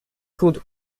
called